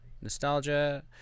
nostalgia